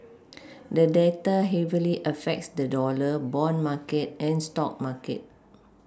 the data heavily affects the dollar bond market and stock market